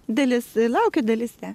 dalis laukia dalis ne